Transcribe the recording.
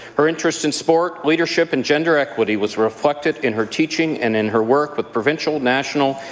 her interest in sport, leadership, and gender equity was reflected in her teaching and in her work but provincial, national,